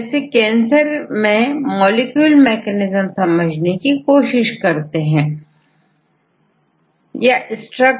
तोप्रोटीन DNA बाइंडिंगकी विशिष्टता और इस में होने वाले परिवर्तन से बीमारियां कैसे होती हैं जैसे कैंसर समझा जा सकता है